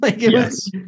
Yes